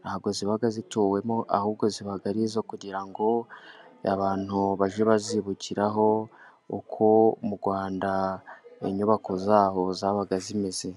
ntabwo ziba zituwemo, ahubwo ziba ari izo kugira ngo abantu bage bazibukiraho uko mu Rwanda inyubako zaho zabaga zimeze.